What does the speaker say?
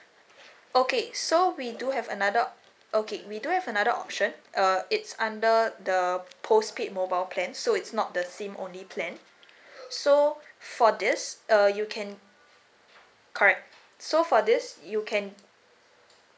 okay so we do have another okay we do have another option uh it's under the postpaid mobile plan so it's not the SIM only plan so for this uh you can correct so for this you can